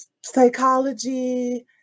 psychology